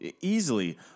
easily